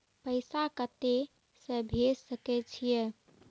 पैसा कते से भेज सके छिए?